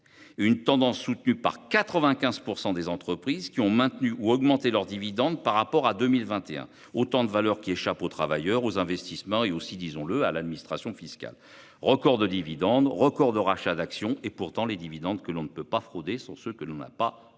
Une tendance soutenue par 95 % des entreprises, qui ont maintenu ou augmenté leurs dividendes par rapport à 2021. Autant de valeur qui échappe aux travailleurs, aux investissements et aussi, disons-le, à l'administration fiscale. Records de dividendes, records de rachats d'actions, et, pourtant, les dividendes que l'on ne peut pas frauder sont ceux que l'on n'a pas versés